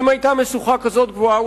אם היתה משוכה גבוהה כזאת,